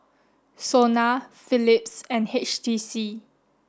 SONA Philips and H T C